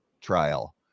trial